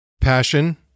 Passion